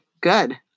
good